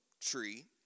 tree